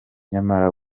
nyamara